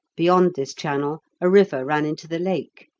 beyond this channel a river ran into the lake,